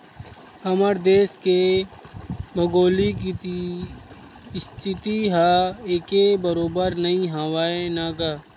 हमर देस के भउगोलिक इस्थिति ह एके बरोबर नइ हवय न गा